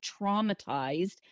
traumatized